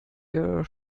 ihr